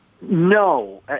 No